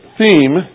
theme